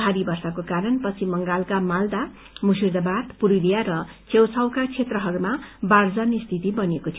भारी वर्षाको कारण पश्चिम बंगालका मालदा मुर्शिदाबाद पुरूलिया र छेउछाउका क्षेत्रहरूमा बाढ़ जन्य स्थिति बनिएको थियो